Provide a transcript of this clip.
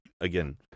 again